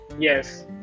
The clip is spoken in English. Yes